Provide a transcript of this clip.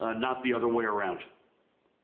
not the other way around.